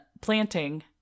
planting